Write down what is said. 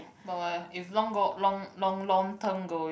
but if long goi~ long long long term going